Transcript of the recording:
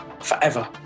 forever